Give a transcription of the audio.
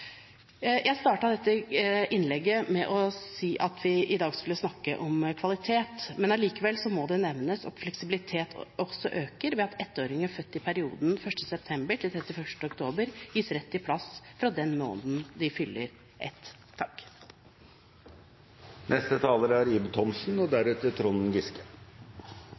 Jeg startet dette innlegget med å si at vi i dag skulle snakke om kvalitet, men allikevel må det nevnes at fleksibiliteten også øker ved at ettåringer født i perioden 1. september–31. oktober gis rett til plass fra den måneden de fyller ett